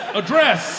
address